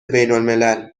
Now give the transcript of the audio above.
بینالملل